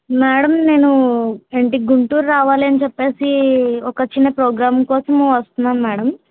madam నేను ఏంటి గుంటూరు రావాలి అని చెప్పి ఒక చిన్న ప్రోగ్రామ్ కోసం వస్తున్నాను మేడం